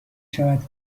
شود